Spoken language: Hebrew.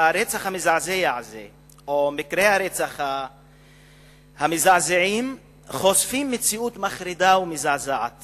הרצח המזעזע או מקרי הרצח המזעזעים חושפים מציאות מחרידה ומזעזעת